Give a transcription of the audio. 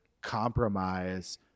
compromise